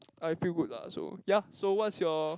I feel good lah so ya so what's your